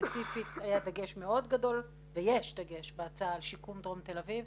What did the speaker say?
ספציפית היה דגש מאוד גדול ויש דגש בהצעה על שיקום דרום תל אביב.